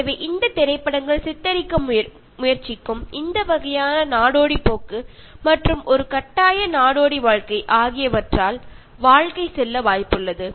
எனவே இந்தத் திரைப்படங்கள் சித்தரிக்க முயற்சிக்கும் இந்த வகையான நாடோடி போக்கு மற்றும் ஒரு கட்டாய நாடோடி வாழ்க்கை ஆகியவற்றால் வாழ்க்கை செல்ல வாய்ப்புள்ளது